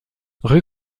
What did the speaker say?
rue